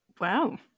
Wow